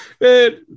Man